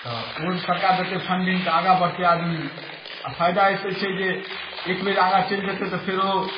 तऽ ओहो सब सरकार देतै फन्डिंग तऽ आगाँ बढ़तै आदमी आओर फायदा अइसँ छै जे एक बेर आगाँ चलि जेतै तऽ फेरो